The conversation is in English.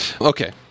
okay